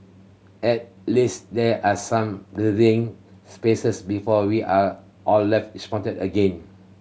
at least there are some breathing spaces before we are all left disappointed again